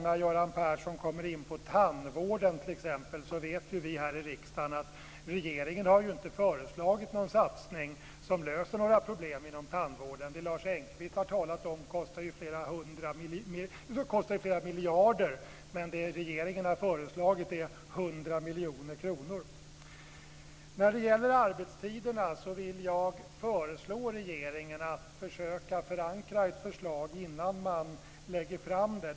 När Göran Persson t.ex. kommer in på tandvården vet ju vi här i riksdagen att regeringen inte har föreslagit någon satsning som löser några problem inom tandvården. Det Lars Engqvist har talat om kostar flera miljarder, men det regeringen har föreslagit är 100 miljoner kronor. När det gäller arbetstiderna vill jag föreslå regeringen att försöka förankra ett förslag innan man lägger fram det.